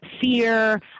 fear